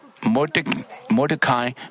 Mordecai